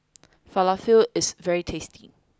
Falafel is very tasty